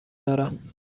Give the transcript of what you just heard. دارم